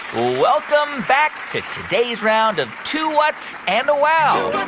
welcome back to today's round of two whats? and a wow!